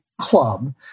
club